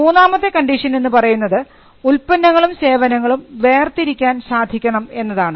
മൂന്നാമത്തെ കണ്ടീഷൻ എന്ന് പറയുന്നത് ഉൽപ്പന്നങ്ങളും സേവനങ്ങളും വേർതിരിക്കാൻ സാധിക്കണം എന്നതാണ്